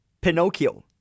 Pinocchio